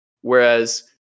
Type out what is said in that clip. Whereas